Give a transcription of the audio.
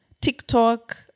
TikTok